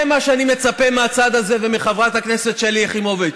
זה מה שאני מצפה מהצד הזה ומחברת הכנסת שלי יחימוביץ.